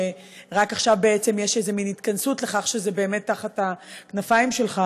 שרק עכשיו בעצם יש איזה מין התכנסות לכך שזה באמת תחת הכנפיים שלך.